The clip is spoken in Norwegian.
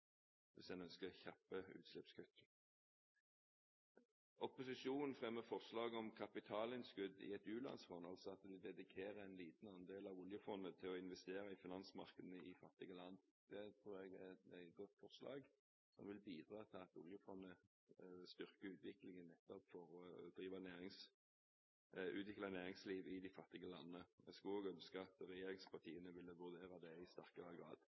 liten andel av oljefondet til å investere i finansmarkedene i fattige land. Det tror jeg er et godt forslag som vil bidra til at oljefondet styrker utviklingen for å utvikle næringsliv i de fattige landene. Jeg skulle ønske at også regjeringspartiene ville vurdere det i sterkere grad.